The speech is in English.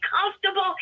comfortable